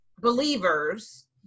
believers